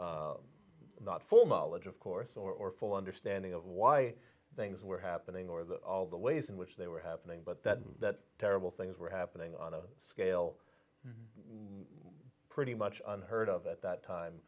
been not full knowledge of course or full understanding of why things were happening or that all the ways in which they were happening but that that terrible things were happening on a scale pretty much unheard of at that time